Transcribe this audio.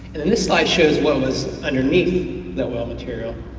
this slide shows what was underneath that oil material.